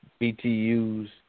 BTUs